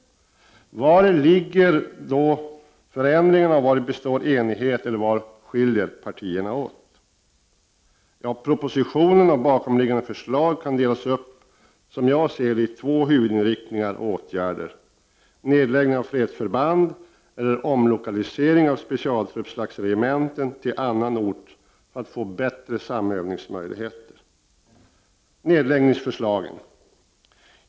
Vari ligger då förändringarna och vari består enigheten? Vad är det som skiljer partierna åt? Propositionen och bakomliggande förslag kan delas upp i två huvudsakliga inriktningar av åtgärder: antingen nedläggning av fredsförband eller omlokalisering av specialtruppslagsregementen till annan ort för att nå bättre samövningsmöjligheter. Så några ord om nedläggningsförslaget.